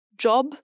Job